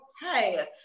hey